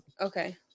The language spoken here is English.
Okay